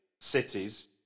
cities